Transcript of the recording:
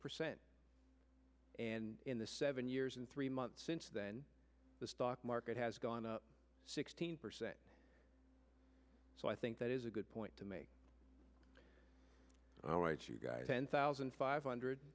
percent and in the seven years and three months since then the stock market has gone up sixteen percent so i think that is a good point to make all right you guys ten thousand five hundred